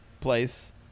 place